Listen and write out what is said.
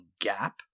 Gap